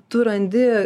tu randi